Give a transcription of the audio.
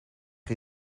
chi